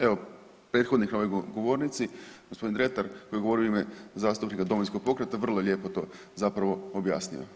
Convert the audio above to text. Evo, prethodnik na ovoj govornici gospodin Dretar koji je govorio u ime zastupnika Domovinskog pokreta vrlo lijepo to zapravo objasnio.